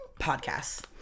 podcasts